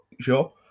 sure